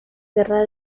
guerra